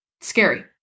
scary